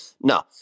No